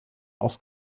aus